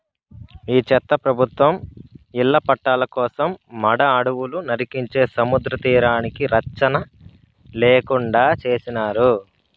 ఈ చెత్త ప్రభుత్వం ఇళ్ల పట్టాల కోసం మడ అడవులు నరికించే సముద్రతీరానికి రచ్చన లేకుండా చేసినారు